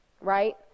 right